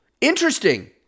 Interesting